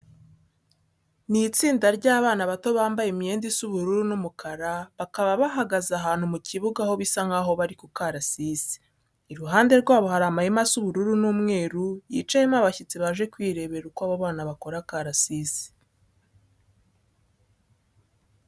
Ni itsinda ry'abana bato bambaye imyenda isa ubururu n'umukara, bakaba bahagaze ahantu mu kibuga aho bisa nkaho bari ku karasisi. Iruhande rwabo hari amahema asa umweru n'ubururu yicayemo abashyitsi baje kwirebera uko abo bana bakora akarasisi.